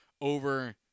over